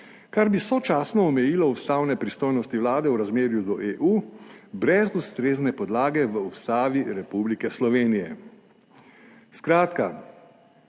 kar bi sočasno omejilo ustavne pristojnosti vlade v razmerju do EU brez ustrezne podlage v Ustavi Republike Slovenije. Skratka,